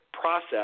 process